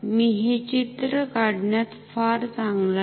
मी हे चित्र काढण्यात फार असा चांगला नाही